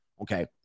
okay